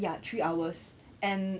ya three hours and